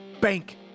bank